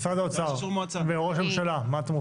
משרד האוצר, ראש הממשלה, מה אתם אומרים?